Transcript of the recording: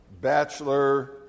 bachelor